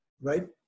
Right